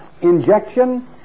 Injection